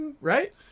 Right